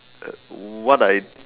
what I